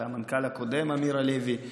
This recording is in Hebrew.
המנכ"ל הקודם אמיר הלוי,